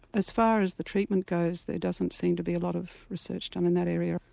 as far as the treatment goes there doesn't seem to be a lot of research done in that area.